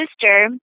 sister